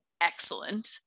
excellent